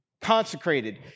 consecrated